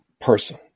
person